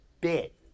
bit